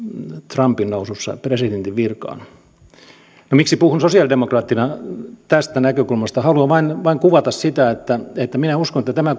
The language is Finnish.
trumpin nousussa presidentinvirkaan no miksi puhun sosialidemokraattina tästä näkökulmasta haluan vain kuvata sitä että että minä uskon että tämä